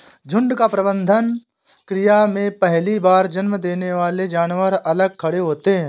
झुंड का प्रबंधन क्रिया में पहली बार जन्म देने वाले जानवर अलग खड़े होते हैं